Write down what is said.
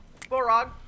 Borog